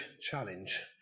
challenge